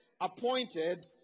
appointed